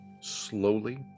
slowly